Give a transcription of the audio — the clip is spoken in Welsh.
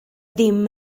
ddim